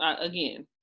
again